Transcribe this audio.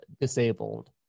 disabled